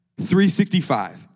365